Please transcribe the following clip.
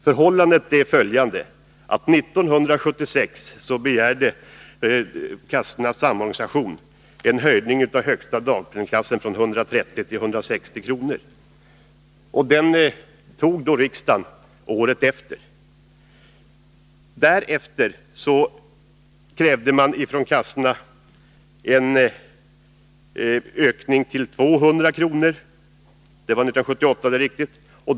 Förhållandet är följande: 1976 begärde Arbetslöshetskassornas samorganisation en höjning av högsta dagpenningklassen från 130 till 160 kr. Beslutet fattade riksdagen året därpå. 1978 krävde A-kassorna en höjning av dagpenningen till 200 kr.